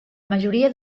majoria